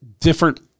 different